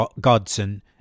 Godson